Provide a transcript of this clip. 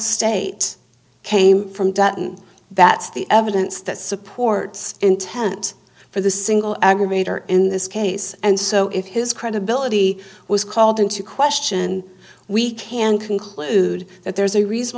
state came from dutton that's the evidence that supports intent for the single aggravator in this case and so if his credibility was called into question we can conclude that there's a